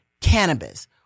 cannabis